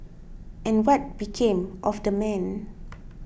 and what became of the man